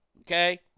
Okay